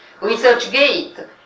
ResearchGate